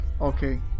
okay